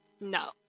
No